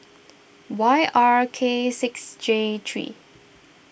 Y R K six J three